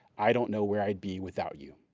i don't know where i'd be without you.